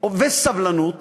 וסבלנות